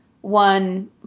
one